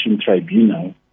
tribunal